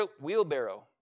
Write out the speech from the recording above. wheelbarrow